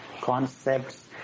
concepts